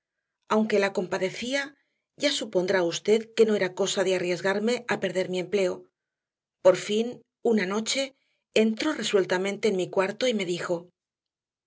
aunque la compadecía ya supondrá usted que no era cosa de arriesgarme a perder mi empleo por fin una noche entró resueltamente en mi cuarto y me dijo